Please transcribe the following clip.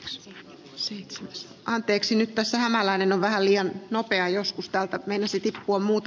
jos sinut anteeksi nyt hämäläinen on vähän liian nopea joskus täältä menisikin kun muut